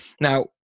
Now